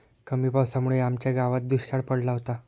कमी पावसामुळे आमच्या गावात दुष्काळ पडला होता